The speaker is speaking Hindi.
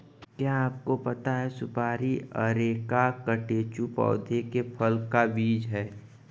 क्या आपको पता है सुपारी अरेका कटेचु पौधे के फल का बीज है?